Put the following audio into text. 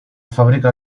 fábrica